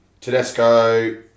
tedesco